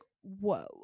Whoa